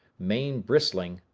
mane bristling,